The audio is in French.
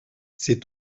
c’est